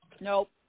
Nope